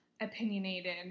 opinionated